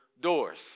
doors